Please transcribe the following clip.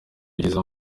ibyiza